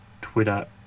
Twitter